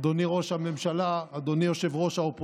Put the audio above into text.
אדוני ראש הממשלה, אדוני ראש האופוזיציה,